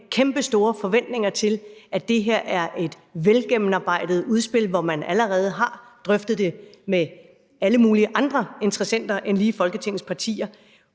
kæmpestore forventninger til, at det her er et velgennemarbejdet udspil, hvor man allerede har drøftet det med alle mulige andre interessenter end lige Folketingets partier.